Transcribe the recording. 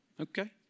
okay